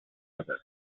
sugar